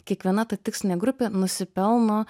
kiekviena ta tikslinė grupė nusipelno